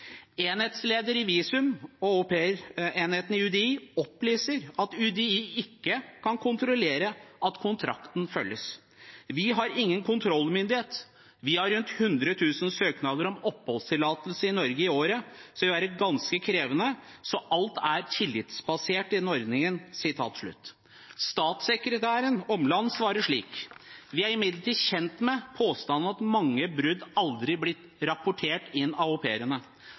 Enhetsleder i visum- og aupairenheten i UDI opplyser at UDI ikke kan kontrollere at kontrakten følges: «Vi har ingen kontrollmyndighet. Vi har rundt 100.000 søknader om oppholdstillatelser i Norge i året, så det ville være ganske krevende. Så alt er tillitsbasert i denne ordningen». Statssekretær Åmland svarer slik: «Vi er imidlertid kjent med påstanden om at mange brudd aldri blir rapportert inn av